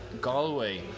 Galway